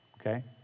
okay